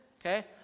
Okay